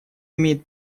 имеет